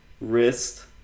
Wrist